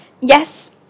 yes